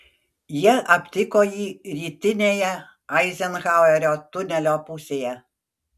jie aptiko jį rytinėje eizenhauerio tunelio pusėje